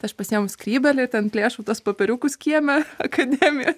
aš pasiimu skrybėlę ir ten plėšau tuos popieriukus kieme akademijos